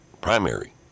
primary